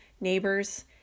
neighbors